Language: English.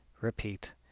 repeat